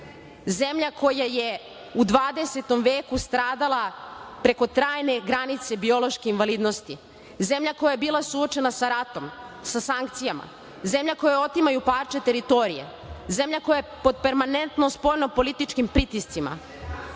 zemlja koja je u 20. veku stradala preko trajne granice biološke validnosti, zemlja koja je bila suočena sa ratom, sa sankcijama, zemlja kojoj otimaju parče teritorije, zemlja koja je pod permanentno spoljno političkim pritiscima,